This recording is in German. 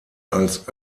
als